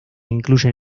incluyen